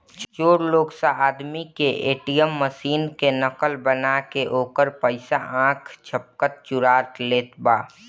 चोर लोग स आदमी के ए.टी.एम मशीन के नकल बना के ओकर पइसा आख झपकते चुरा लेत बा